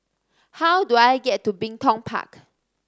how do I get to Bin Tong Park